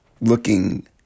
looking